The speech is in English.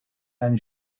and